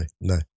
no